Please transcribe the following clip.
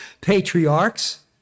patriarchs